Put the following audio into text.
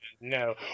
No